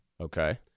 Okay